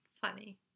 Funny